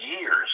years